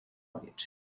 quiet